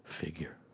figure